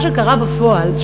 מה שקרה בפועל,